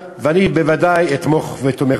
אתה אולי לא קראת את דוח העוני על הקשישים.